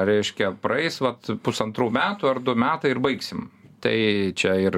reiškia praeis vat pusantrų metų ar du metai ir baigsim tai čia ir